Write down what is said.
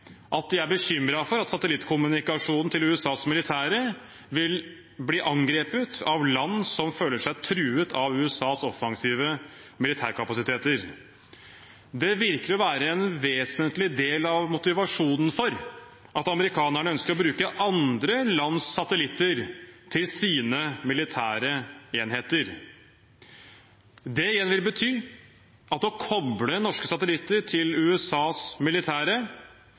at de er bekymret for at satellittkommunikasjonen til USAs militære vil bli angrepet av land som føler seg truet av USAs offensive militærkapasiteter. Det virker å være en vesentlig del av motivasjonen for at amerikanerne ønsker å bruke andre lands satellitter til sine militære enheter. Det vil igjen bety at å koble norske satellitter til USAs militære